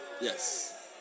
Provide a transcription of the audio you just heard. Yes